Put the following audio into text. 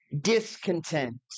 discontent